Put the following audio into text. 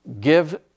give